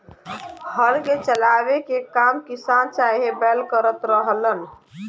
हल के चलावे के काम किसान चाहे बैल करत रहलन